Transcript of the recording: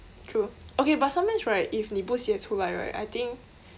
true okay but sometimes right if 你不写出来 right I think